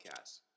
podcast